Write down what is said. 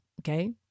Okay